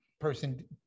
person